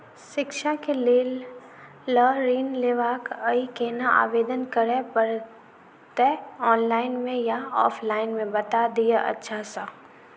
शिक्षा केँ लेल लऽ ऋण लेबाक अई केना आवेदन करै पड़तै ऑनलाइन मे या ऑफलाइन मे बता दिय अच्छा सऽ?